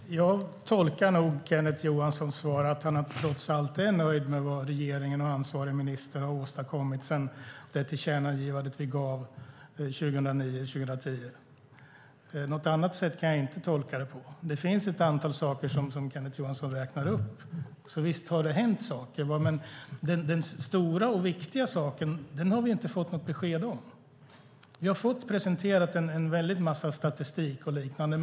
Fru talman! Jag tolkar nog Kenneth Johanssons svar som att han trots allt är nöjd med vad regering och ansvarig minister har åstadkommit sedan det tillkännagivande vi gav 2009/10. Jag kan inte tolka det på något annat sätt. Det finns ett antal saker som Kenneth Johansson räknar upp. Visst har det hänt saker. Men den stora och viktiga saken har vi inte fått något besked om. Vi har fått presenterat en väldig massa statistik och liknande.